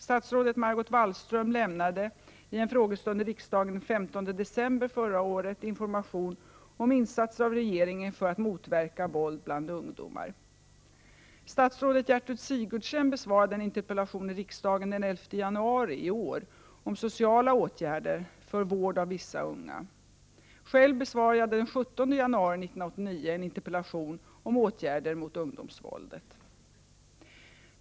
Statsrådet Margot Wallström lämnade i en frågestund i riksdagen den 15 december förra året information om insatser av regeringen för att motverka våld bland ungdomar. Statsrådet Gertrud Sigurdsen besvarade en interpellation i riksdagen den 11 januari i år om sociala åtgärder för vård av vissa unga. Själv besvarade jag den 17 januari 1989 en interpellation om åtgärder mot ungdomsvåldet.